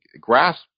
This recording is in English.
grasp